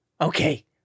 Okay